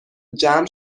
جمع